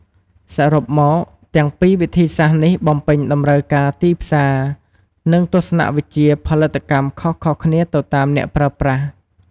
សរុបមក ទាំងពីរវិធីសាស្ត្រនេះបំពេញតម្រូវការទីផ្សារ និងទស្សនវិជ្ជាផលិតកម្មខុសៗគ្នាទៅតាមអ្នកប្រើប្រាស់។